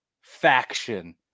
faction